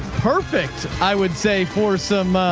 perfect. i would say for some,